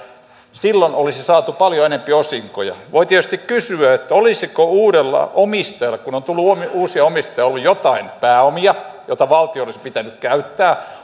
silloin olisi saatu paljon enempi osinkoja voi tietysti kysyä olisiko uudella omistajalla kun on tullut uusia omistajia ollut jotain pääomia olisiko valtionkin pitänyt käyttää